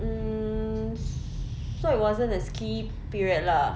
mm so it wasn't a skiing period lah